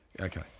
okay